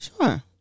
Sure